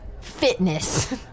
Fitness